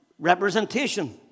representation